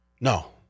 No